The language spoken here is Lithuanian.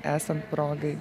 esant progai